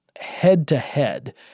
head-to-head